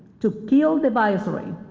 to kill the viceroy,